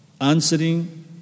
Answering